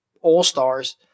all-stars